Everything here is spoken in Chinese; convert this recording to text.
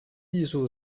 艺术